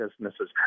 businesses